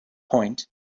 point